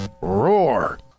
Roar